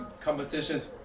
competitions